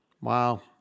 Wow